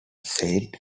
saint